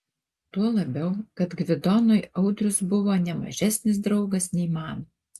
tuo labiau kad gvidonui audrius buvo ne mažesnis draugas nei man